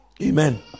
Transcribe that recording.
Amen